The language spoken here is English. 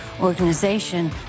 organization